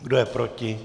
Kdo je proti?